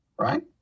right